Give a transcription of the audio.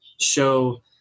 show